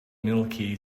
milky